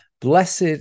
Blessed